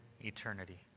eternity